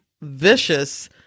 vicious